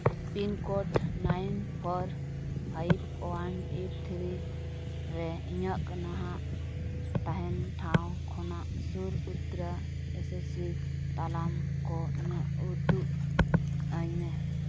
pin code nine four five one eight three ᱨᱮ ᱤᱧᱟᱹᱜ ᱱᱟᱦᱟᱜ ᱛᱟᱦᱮᱱ ᱴᱷᱟᱶ ᱠᱷᱚᱱᱟᱜ ᱥᱩᱨ ᱩᱛᱟᱹᱨ ᱮᱥ ᱮᱥ ᱥᱤ ᱛᱟᱞᱢᱟ ᱠᱚ ᱤᱧᱟᱹᱜ ᱩᱫᱩᱜ ᱟᱹᱧ ᱢᱮ